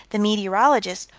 the meteorologist,